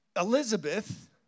Elizabeth